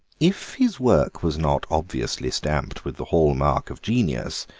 if his work was not obviously stamped with the hall-mark of genius,